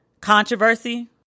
controversy